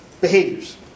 behaviors